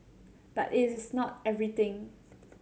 but it is not everything